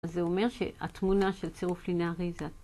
זה אומר שהתמונה של צירוף לינארי...